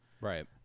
Right